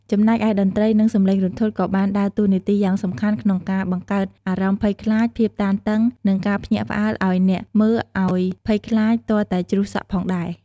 ចំណែកឯតន្ត្រី និងសំឡេងរន្ធត់ក៏បានដើរតួនាទីយ៉ាងសំខាន់ក្នុងការបង្កើតអារម្មណ៍ភ័យខ្លាច ភាពតានតឹង និងការភ្ញាក់ផ្អើលអោយអ្នកមើលអោយភ័យខ្លាចទាល់តែជ្រុះសក់ផងដែរ ។